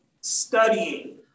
studying